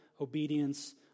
obedience